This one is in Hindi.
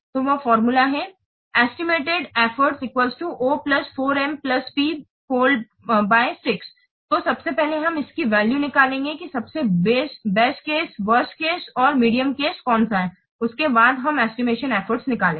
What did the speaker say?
तो वह फार्मूला है estimated effort O 4M P 6 तो सबसे पहले हम इसकी वैल्यू निकालेंगे की सबसे best case worst case and मध्यम केस कौन सा है उसके बाद हम एस्टिमेशन एफ्फोर्ट्स निकालेंग